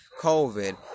COVID